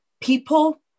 People